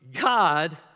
God